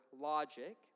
logic